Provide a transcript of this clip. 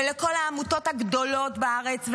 ולכל העמותות הגדולות בארץ,